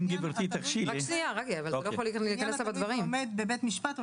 נכתב: "תלונה בעניין התלוי ועומד בבית משפט או